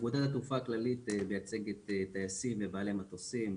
אגודת התעופה הכללית מייצגת טייסים ובעלי מטוסים.